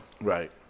Right